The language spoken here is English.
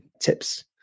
tips